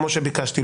כמו שביקשתי,